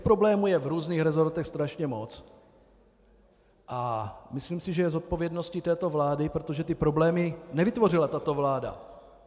Problémů je v různých resortech strašně moc a myslím si, že je zodpovědností této vlády, protože ty problémy nevytvořila tato vláda.